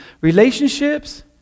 relationships